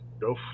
go